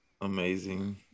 amazing